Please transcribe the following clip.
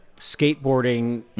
Skateboarding